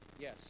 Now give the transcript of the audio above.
Yes